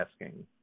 asking